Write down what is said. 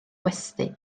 gwesty